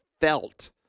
felt